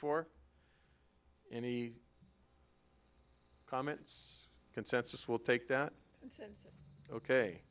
for any comments consensus will take that ok